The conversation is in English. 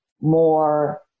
more